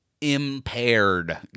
impaired